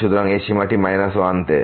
সুতরাং এই সীমা যাচ্ছে 1 তে